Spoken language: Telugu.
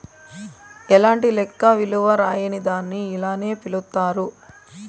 ఎలాంటి లెక్క విలువ రాయని దాన్ని ఇలానే పిలుత్తారు